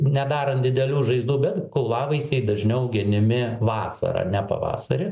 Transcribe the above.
nedarant didelių žaizdų bet kaulavaisiai dažniau genimi vasarą ne pavasarį